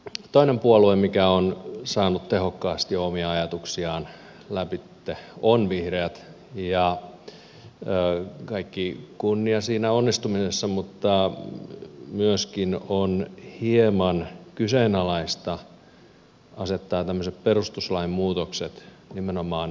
toinen puolue mikä on saanut tehokkaasti omia ajatuksiaan lävitse on vihreät ja kaikki kunnia siinä onnistumisessa mutta myöskin on hieman kyseenalaista asettaa tämmöiset perustuslain muutokset nimenomaan hallituskynnyksiksi